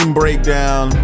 breakdown